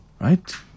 right